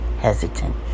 hesitant